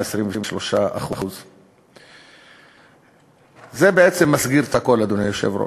123%. זה בעצם מסגיר את הכול, אדוני היושב-ראש.